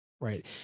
right